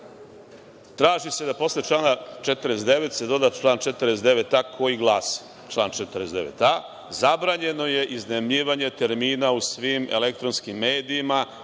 Traži se da posle člana 49. doda se član 49a. koji glasi: „ zabranjeno je iznajmljivanje termina u svim elektronskim medijima